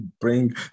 bring